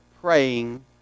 praying